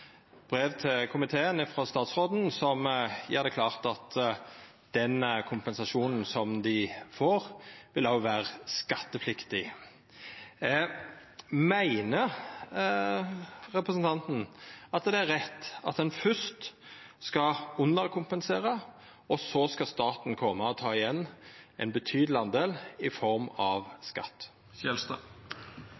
brev til komiteen frå statsråden som gjer det klart at den kompensasjonen som dei får, vil vera skattepliktig. Meiner representanten at det er rett at ein først skal underkompensera, og så skal staten koma og ta igjen ein betydeleg del i form av